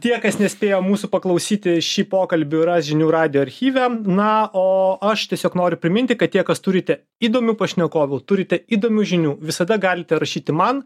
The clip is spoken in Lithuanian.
tie kas nespėjo mūsų paklausyti šį pokalbį ras žinių radijo archyve na o aš tiesiog noriu priminti kad tie kas turite įdomių pašnekovų turite įdomių žinių visada galite rašyti man